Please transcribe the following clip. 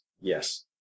Yes